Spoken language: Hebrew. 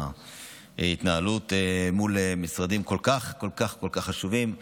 ההתנהלות מול משרדים כל כך כל כך חשובים.